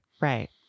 Right